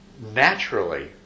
naturally